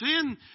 sin